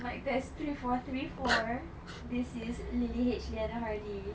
mic test three four one three four this is lily H liyana hardi